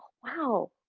wow,